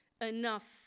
Enough